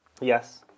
Yes